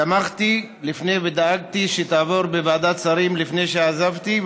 תמכתי לפני ודאגתי שתעבור בוועדת שרים לפני שעזבתי,